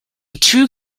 true